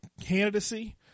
candidacy